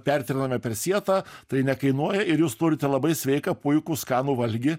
pertriname per sietą tai nekainuoja ir jūs turite labai sveiką puikų skanų valgį